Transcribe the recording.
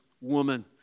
woman